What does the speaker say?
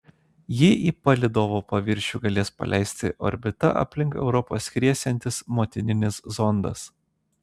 jį į palydovo paviršių galės paleisti orbita aplink europą skriesiantis motininis zondas